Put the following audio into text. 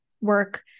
work